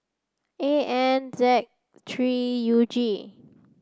A N Z three U G